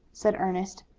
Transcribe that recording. said ernest.